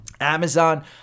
Amazon